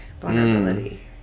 vulnerability